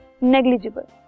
negligible